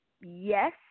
yes